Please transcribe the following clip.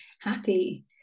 happy